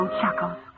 chuckles